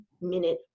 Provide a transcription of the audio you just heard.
minute